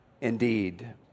indeed